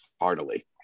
heartily